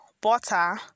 butter